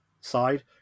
side